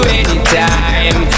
anytime